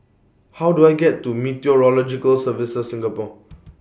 How Do I get to Meteorological Services Singapore